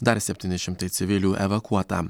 dar septyni šimtai civilių evakuota